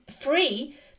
free